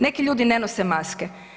Neki ljudi ne nose maske.